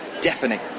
deafening